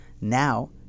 Now